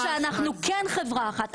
שאנחנו כן חברה אחת,